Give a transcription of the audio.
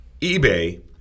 eBay